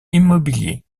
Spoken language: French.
immobilier